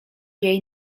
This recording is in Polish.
jej